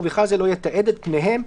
ובכלל זה לא יתעד את פניהם,